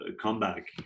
comeback